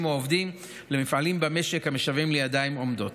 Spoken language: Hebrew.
או עובדים למפעלים במשק המשוועים לידיים עובדות.